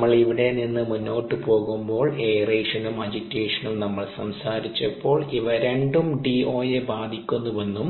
നമ്മൾ ഇവിടെ നിന്ന് മുന്നോട്ട് പോകുമ്പോൾ എയറേഷനും അജിറ്റേഷനും aeration Agitation നമ്മൾ സംസാരിച്ചപ്പോൾ ഇവ രണ്ടും DO യെ ബാധിക്കുന്നുവെന്നും